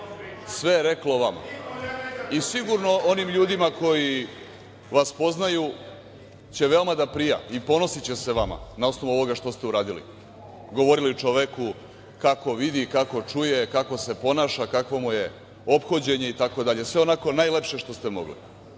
Sve je reklo o vama i sigurno o onim ljudima koji vas poznaju će veoma da prija i ponosiće se vama na osnovu onoga što ste uradili, govorili čoveku kako vidi, kako čuje, kako se ponaša, kakvo mu je ophođenje, sve onako najlepše što ste mogli.